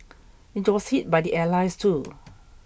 it was hit by the Allies too